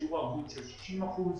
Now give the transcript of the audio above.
בשיעור הרבות של 60 אחוזים,